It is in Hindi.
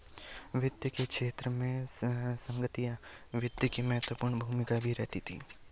वित्त के क्षेत्र में संगणकीय वित्त की महत्वपूर्ण भूमिका भी रही है